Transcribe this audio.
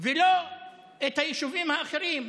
ולא את היישובים האחרים,